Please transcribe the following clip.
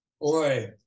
Boy